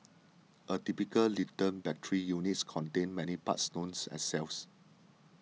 a typical lithium battery unit contains many parts known as cells